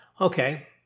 Okay